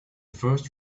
first